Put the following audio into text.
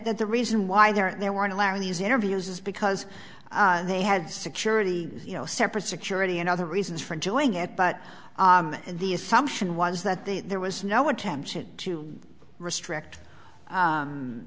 that the reason why they're there weren't allowing these interviews is because they had security you know separate security and other reasons for enjoying it but the assumption was that the there was no attention to restrict